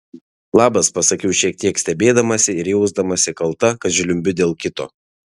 labas pasakiau šiek tiek stebėdamasi ir jausdamasi kalta kad žliumbiu dėl kito